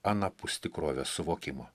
anapus tikrovės suvokimo